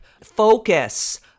focus